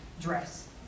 dress